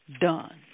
done